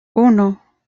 uno